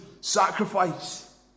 sacrifice